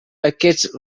aquests